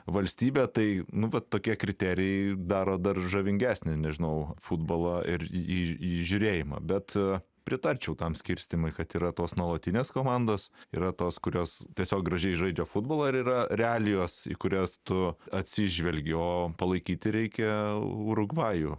valstybę tai nu va tokie kriterijai daro dar žavingesnį nežinau futbolą ir į jį žiūrėjimą bet pritarčiau tam skirstymui kad yra tos nuolatinės komandos yra tos kurios tiesiog gražiai žaidžia futbolą ir yra realijos kurias tu atsižvelgiau palaikyti reikia urugvajų